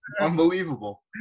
unbelievable